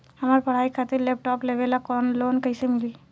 हमार पढ़ाई खातिर लैपटाप लेवे ला लोन कैसे मिली?